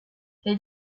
les